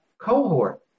cohort